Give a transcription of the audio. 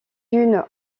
unes